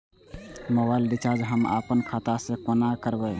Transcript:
Mobile recharge हम आपन खाता से कोना करबै?